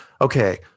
Okay